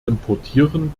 importieren